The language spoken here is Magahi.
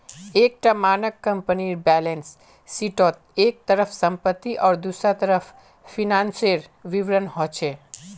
एक टा मानक कम्पनीर बैलेंस शीटोत एक तरफ सम्पति आर दुसरा तरफ फिनानासेर विवरण होचे